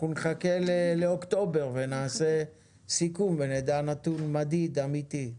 נחכה לאוקטובר ונעשה סיכום ונדע נתון מדיד אמיתי.